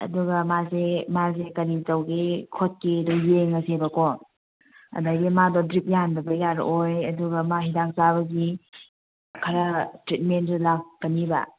ꯑꯗꯨꯒ ꯃꯥꯁꯦ ꯃꯥꯁꯦ ꯀꯔꯤ ꯇꯧꯒꯦ ꯈꯣꯠꯀꯦꯗꯣ ꯌꯦꯡꯉꯁꯦꯕꯀꯣ ꯑꯗꯒꯤ ꯃꯥꯗꯣ ꯗ꯭ꯔꯤꯞ ꯌꯥꯟꯗꯕ ꯌꯥꯔꯛꯑꯣꯏ ꯑꯗꯨꯒ ꯃꯥ ꯍꯤꯗꯥꯛ ꯆꯥꯕꯒꯤ ꯈꯔ ꯇ꯭ꯔꯤꯠꯃꯦꯟꯗꯤ ꯂꯥꯛꯀꯅꯦꯕ